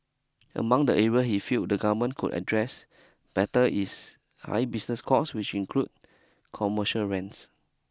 among the area he feel the government could address better is high business costs which include commercial rents